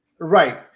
right